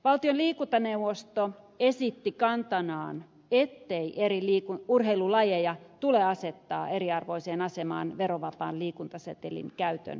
valtion liikuntaneuvosto esitti kantanaan ettei eri urheilulajeja tule asettaa eriarvoiseen asemaan verovapaan liikuntasetelin käytön kohdentamisessa